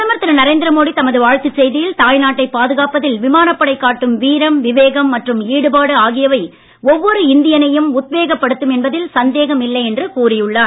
பிரதமர் திரு நரேந்திர மோடி தமது வாழ்த்துச் செய்தியில் தாய்நாட்டைப் பாதுகாப்பதில் விமானப்படை காட்டும் வீரம் விவேகம் மற்றும் ஈடுபாடு ஆகியவை ஒவ்வொரு இந்தியனையும் உத்வேகப்படுத்தும் என்பதில் சந்தேகம் இல்லை என்று கூறி உள்ளார்